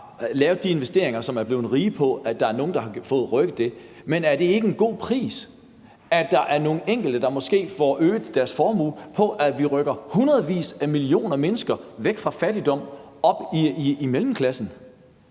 lavet de investeringer, og som er blevet rige på, at der er blevet rykket ved det. Men er det ikke en god pris, at der er nogle enkelte, der måske får øget deres formue, ved at vi rykker hundredvis af millioner mennesker væk fra fattigdom og op i mellemklassen?